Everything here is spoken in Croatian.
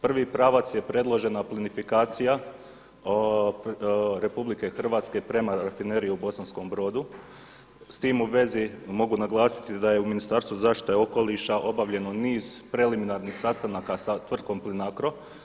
Prvi pravac je predložena plinifikacija RH prema Rafineriji u Bosanskom Brodu, s tim u vezi mogu naglasiti da je u Ministarstvu zaštite okoliša obavljeno niz preliminarnih sastanaka sa Tvrtkom Plinacro.